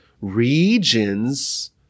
regions